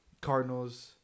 Cardinals